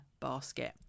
basket